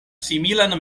similan